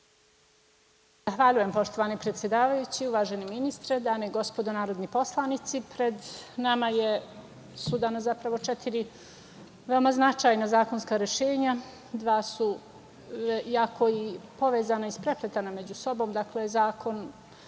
Zahvaljujem, poštovani predsedavajući. Uvaženi ministre, dame i gospodo narodni poslanici, pred nama su danas četiri veoma značajna zakonska rešenja. Dva su jako povezana i isprepletena među sobom, dakle Zakon